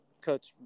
coach